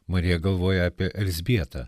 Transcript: marija galvoja apie elzbietą